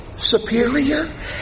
Superior